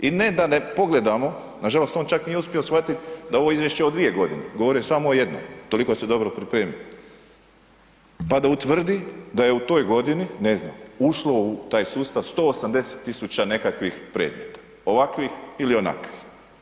I ne da ne pogledamo, nažalost on čak nije uspio shvatiti da je ovo izvješće o dvije godine, govorio je samo o jednom toliko se dobro pripremio, pa da utvrdi da je toj godini, ne znam, ušlo u taj sustav 180.000 nekakvih predmeta ovakvih ili onakvih.